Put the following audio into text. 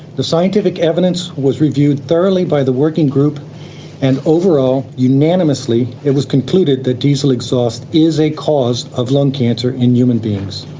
the scientific evidence was reviewed thoroughly by the working group and overall unanimously it was concluded that diesel exhaust is a cause of lung cancer in human beings.